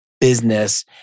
business